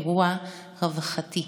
אירוע רווחתי,